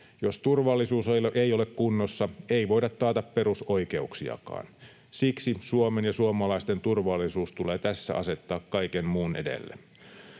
Jos turvallisuus ei ole kunnossa, ei voida taata perusoikeuksiakaan. Siksi Suomen ja suomalaisten turvallisuus tulee tässä asettaa kaiken muun edelle.